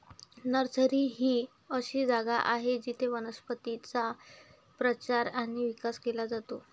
nursery ही अशी जागा आहे जिथे वनस्पतींचा प्रचार आणि विकास केला जातो